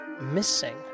missing